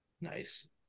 Nice